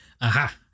Aha